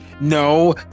No